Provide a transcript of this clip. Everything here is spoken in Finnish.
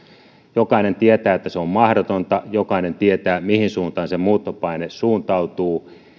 jokainen tietää että se on mahdotonta jokainen tietää mihin suuntaan muuttopaine suuntautuu